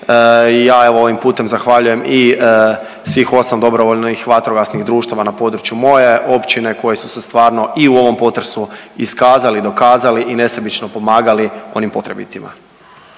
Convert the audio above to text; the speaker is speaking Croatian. evo ovim putem zahvaljujem i svih osam dobrovoljnih vatrogasnih društava na području moje općine koji su se stvarno i u ovom potresu iskazali i dokazali i nesebično pomagali onim potrebitima.